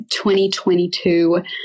2022